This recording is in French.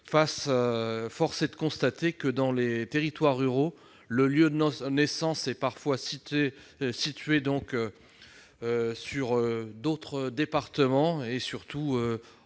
Force est de constater que, dans les territoires ruraux, le lieu de naissance est parfois situé dans un autre département que